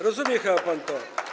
Rozumie chyba pan to.